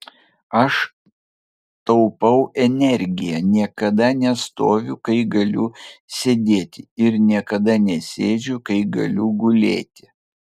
aš taupau energiją niekada nestoviu kai galiu sėdėti ir niekada nesėdžiu kai galiu gulėti